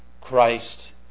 Christ